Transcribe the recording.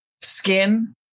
skin